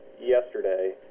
yesterday